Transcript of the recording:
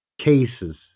cases